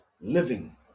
living